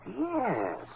Yes